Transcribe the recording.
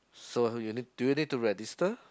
so do you need to register